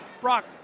brock